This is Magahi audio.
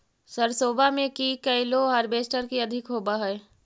सरसोबा मे की कैलो हारबेसटर की अधिक होब है?